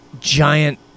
giant